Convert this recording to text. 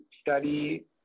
study